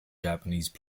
japanese